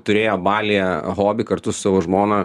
turėjo balyje hobį kartu su savo žmona